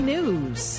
News